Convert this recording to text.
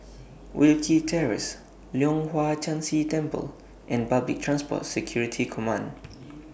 Wilkie Terrace Leong Hwa Chan Si Temple and Public Transport Security Command